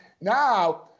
now